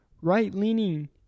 right-leaning